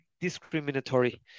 discriminatory